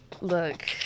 look